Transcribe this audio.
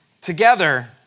together